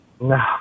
no